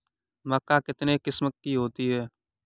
मक्का कितने किस्म की होती है?